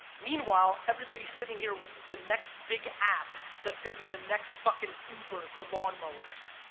meanwhile, everybody's sitting here with the next big app, that's gonna be the next fucking uber for lawnmowers.